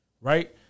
right